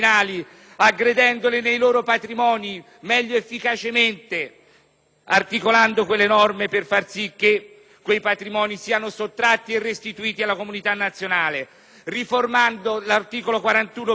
articolando quelle norme per far sì che quei patrimoni siano sottratti e restituiti alla comunità nazionale, riformando poi l'articolo 41-*bis* soprattutto per impedire, onorevoli colleghi, un aspetto fondamentale,